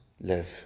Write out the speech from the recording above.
live